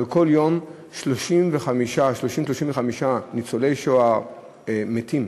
אבל כל יום, 30 35 ניצולי שואה מתים,